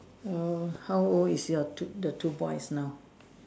oh how old is your two the two boys now